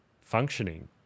functioning